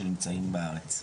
שהם נמצאים בארץ.